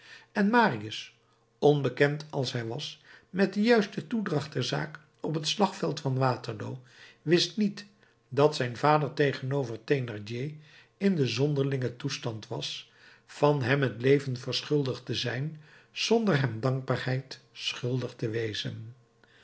en marius onbekend als hij was met de juiste toedracht der zaak op het slagveld van waterloo wist niet dat zijn vader tegenover thénardier in den zonderlingen toestand was van hem het leven verschuldigd te zijn zonder hem dankbaarheid schuldig te wezen